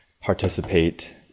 participate